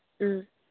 ꯎꯝ